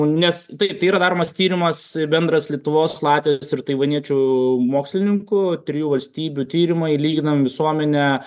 nes taip tai yra daromas tyrimas bendras lietuvos latvijos ir taivaniečių mokslininkų trijų valstybių tyrimai lyginam visuomenę